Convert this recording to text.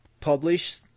publish